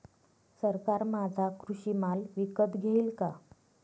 सरकार माझा कृषी माल विकत घेईल का?